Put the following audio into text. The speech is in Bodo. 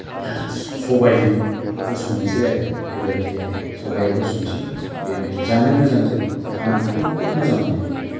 सबायजों होसननोसै आरो बेबायदि आरो सबायाव होसननोसै बेबायदि जानो मोजां जायो आं बेखौबो खोब मोजां मोनो